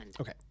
Okay